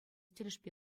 тӗлӗшпе